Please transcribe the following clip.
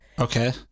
Okay